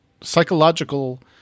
psychological